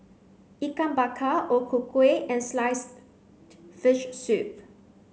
Ikan Bakar O Ku Kueh and sliced fish soup